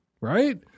right